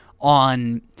on